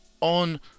on